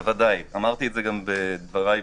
אמרתי זאת בדבריי.